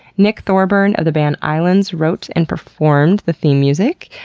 nick thorburn of the band islands wrote and performed the theme music.